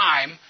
time